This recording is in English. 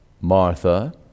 Martha